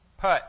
Put